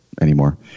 anymore